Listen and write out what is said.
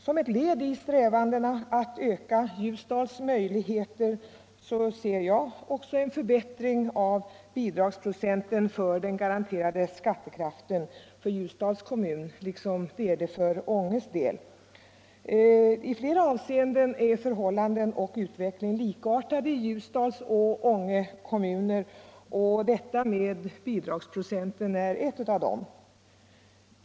Som ett led i strävandena att öka Ljusdals möjligheter ser jag också en förbättring av bidragsprocenten för den garanterade skattekraften för Ljusdals kommun, liksom det är det för Ånges del. I flera avseenden är förhållanden och utveckling likartade i Ljusdals och Ånge kommuner — och detta med bidragsprocenten är ett av dem.